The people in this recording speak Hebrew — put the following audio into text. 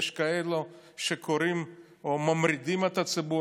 יש כאלה שקוראים או ממרידים את הציבור,